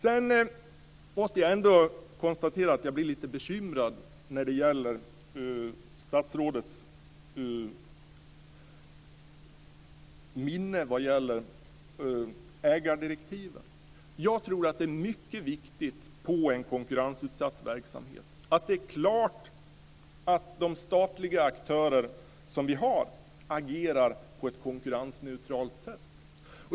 Jag måste ändå konstatera att jag blir lite bekymrad över statsrådets minne vad gäller ägardirektiven. Jag tror att det är mycket viktigt inom en konkurrensutsatt verksamhet att det är klart att de statliga aktörer som vi har agerar på ett konkurrensneutralt sätt.